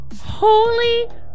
holy